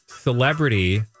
Celebrity